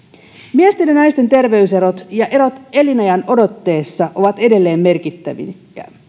miesten ja naisten terveyserot ja erot elinajanodotteessa ovat edelleen merkittäviä